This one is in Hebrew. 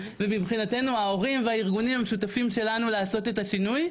ומבחינתנו ההורים והארגונים הם השותפים שלנו לעשות את השינוי.